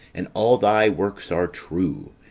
and all thy works are true,